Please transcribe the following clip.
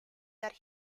that